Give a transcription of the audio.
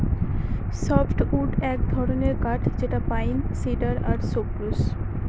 softwood এক ধরনের কাঠ যেটা পাইন, সিডার আর সপ্রুস